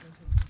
שלנו.